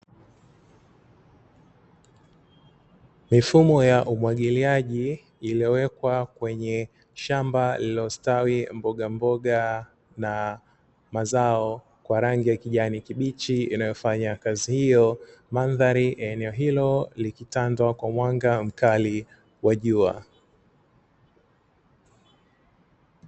Mifumo ya umwagiliaji iliyowekwa kwenye shamba lililostawi mboga mboga na mazao kwa rangi ya kijani kibichi inayofanya kazi hiyo, mandhari ya eneo hilo likitandwa kwa mwanga mkali wa jua.